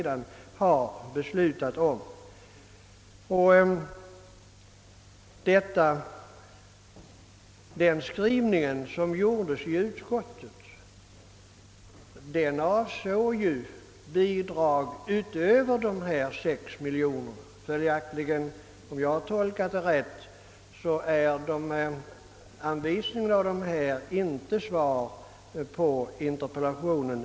Om jag fattat saken rätt, utgör alltså statsrådets meddelande om dessa 6 miljoner dollar egentligen inte något svar på min interpellation.